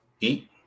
eat